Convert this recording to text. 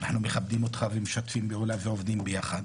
אנחנו מכבדים אותך ומשתפים פעולה ועובדים ביחד,